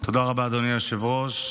תודה רבה, אדוני היושב-ראש.